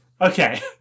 Okay